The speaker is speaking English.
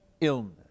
illness